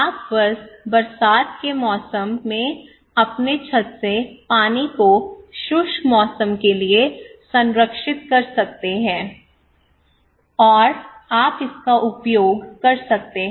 आप बस बरसात के मौसम में अपने छत से पानी को शुष्क मौसम के लिए संरक्षित कर सकते हैं और आप इसका उपयोग कर सकते हैं